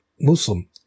Muslim